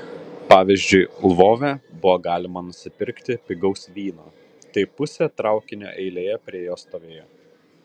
pavyzdžiui lvove buvo galima nusipirkti pigaus vyno tai pusė traukinio eilėje prie jo stovėjo